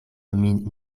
min